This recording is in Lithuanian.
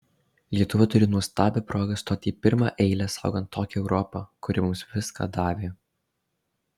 lietuva turi nuostabią progą stoti į pirmą eilę saugant tokią europą kuri mums viską davė